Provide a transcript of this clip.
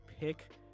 pick